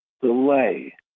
delay